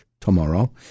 tomorrow